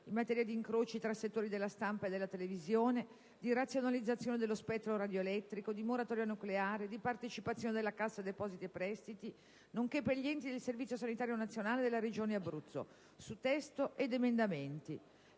in materia di incroci tra settori della stampa e della televisione, di razionalizzazione dello spettro radioelettrico, di moratoria nucleare, di partecipazioni della Cassa depositi e prestiti, nonche´ per gli enti del Servizio sanitario nazionale della regione Abruzzo (2665) (Relazione